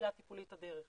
בקהילה טיפולית 'הדרך',